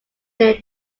near